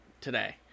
today